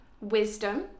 wisdom